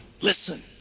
Listen